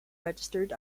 registered